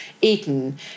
eaten